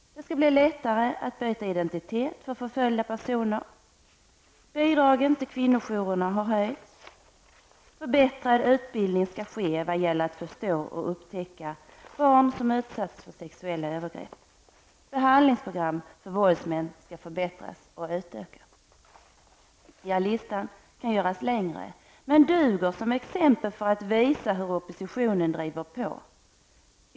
Det skall bli lättare att byta identitet för förföljda personer. Bidragen till kvinnojouren har höjts. Förbättrad utbildning skall ske vad gäller att förstå och upptäcka barn som utsatts för sexuella övergrepp. Behandlingsprogram för våldsmän skall förbättras och utökas. Ja, listan kan göras längre men duger som exempel för att visa hur oppositionen driver på.